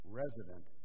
resident